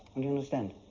and understand?